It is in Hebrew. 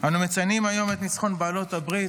אנו מציינים היום את ניצחון בעלות הברית,